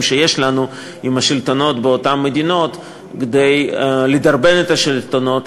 שיש לנו עם השלטונות באותן מדינות כדי לדרבן את השלטונות